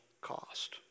cost